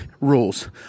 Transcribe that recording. rules